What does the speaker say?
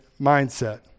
mindset